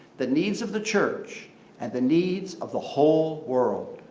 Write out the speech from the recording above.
the needs of the church and the needs of the whole world.